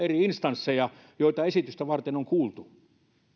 eri instansseja joita esitystä varten on kuultu